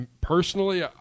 personally